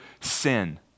sin